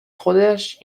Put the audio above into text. خودش